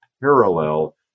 parallel